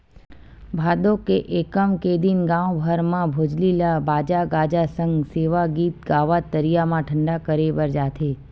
भादो के एकम के दिन गाँव भर म भोजली ल बाजा गाजा सग सेवा गीत गावत तरिया म ठंडा करे बर जाथे